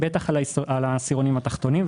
בטח על העשירונים התחתונים,